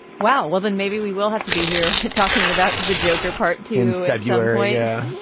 well well then maybe we will have to be here talking about the joker part to have your way. yeah